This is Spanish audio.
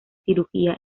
cirugía